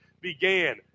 began